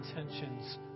intentions